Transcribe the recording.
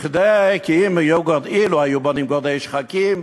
כי אילו היו בונים גורדי שחקים,